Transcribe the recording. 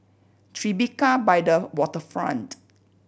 Tribeca by the Waterfront